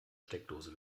steckdose